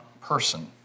person